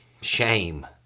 shame